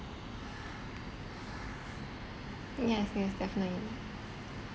yes yes definitely